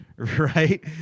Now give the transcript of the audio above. right